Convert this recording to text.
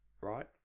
right